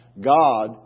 God